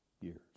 years